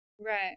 right